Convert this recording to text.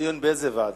לדיון באיזו ועדה?